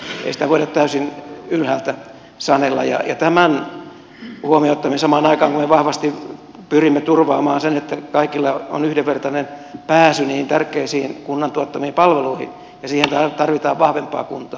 ei sitä voida täysin ylhäältä sanella ja tämän huomioonottamiseen samaan aikaan kun me vahvasti pyrimme turvaamaan sen että kaikilla on yhdenvertainen pääsy niihin tärkeisiin kunnan tuottamiin palveluihin tarvitaan vahvempaa kuntaa